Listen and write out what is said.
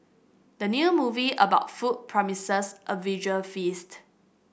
the new movie about food promises a visual feast